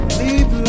leave